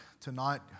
tonight